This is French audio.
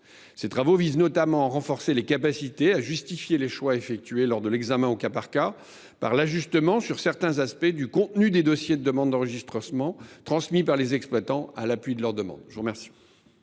Ces travaux visent notamment à renforcer les capacités à justifier les choix effectués lors de l’examen au cas par cas par l’ajustement, sur certains aspects, du contenu des dossiers de demande d’enregistrement transmis par les exploitants à l’appui de leurs demandes. La parole